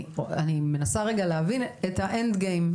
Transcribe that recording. אני מנסה רגע להבין את ה-end game,